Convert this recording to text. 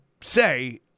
say